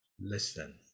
listen